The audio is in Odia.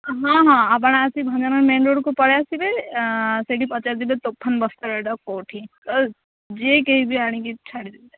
ହଁ ହଁ ଆପଣ ଆସି ଭଞ୍ଜନଗର ମେନ୍ ରୋଡ଼୍କୁ ପଳେଇ ଆସିବେ ସେଇଠି ପଚାରି ଦେବେ ତୋଫାନ ବସ୍ତ୍ରାଳୟଟା କେଉଁଠି ଯିଏ କିଏ ବି ଆଣିକି ଛାଡ଼ିଦେବେ